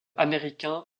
américain